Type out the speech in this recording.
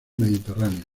mediterránea